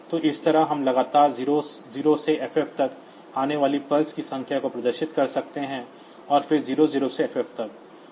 तो इस तरह हम लगातार 00 से FF तक आने वाली पल्स की संख्या को प्रदर्शित कर सकते हैं और फिर 00 से FF तक